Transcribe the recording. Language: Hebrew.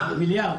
מיליארד.